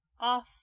off